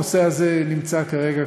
הנושא הזה נמצא כרגע,